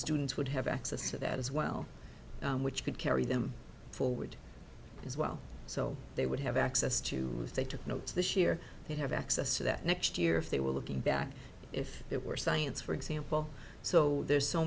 students would have access to that as well which could carry them forward as well so they would have access to those they took notes this year they have access to that next year if they were looking back if it were science for example so there's so